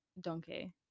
Donkey